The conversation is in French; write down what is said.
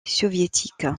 soviétique